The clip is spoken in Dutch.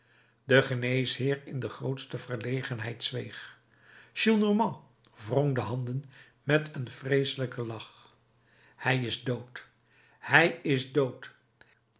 de geneesheer in de grootste verlegenheid zweeg gillenormand wrong de handen met een vreeselijken lach hij is dood hij is dood